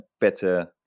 better